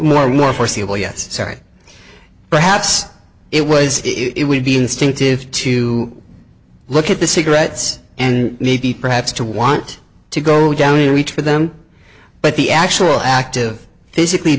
more or more foreseeable yes sorry perhaps it was it would be instinctive to look at the cigarettes and needy perhaps to want to go down reach for them but the actual active basically